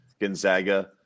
Gonzaga